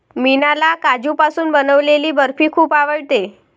मीनाला काजूपासून बनवलेली बर्फी खूप आवडते